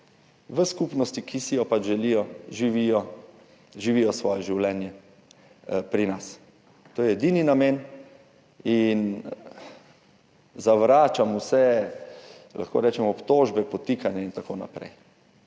v skupnosti, ki si jo pač želijo, živijo svoje življenje pri nas. To je edini namen in zavračam vse, lahko rečemo, obtožbe, podtikanja in tako naprej.